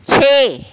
ਛੇ